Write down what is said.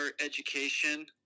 education